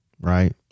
right